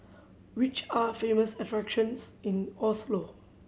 which are famous attractions in Oslo